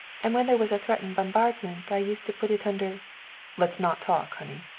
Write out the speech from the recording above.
and when there was a threatened bombardment i used to put it under let's not talk, honey.